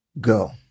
Go